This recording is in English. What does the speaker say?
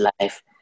life